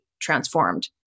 transformed